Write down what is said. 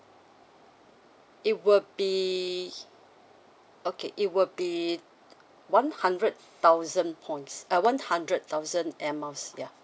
it will be okay it will be one hundred thousand points uh one hundred thousand air miles ya